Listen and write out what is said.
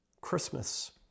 Christmas